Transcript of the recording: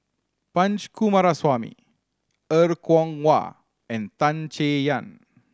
Punch Coomaraswamy Er Kwong Wah and Tan Chay Yan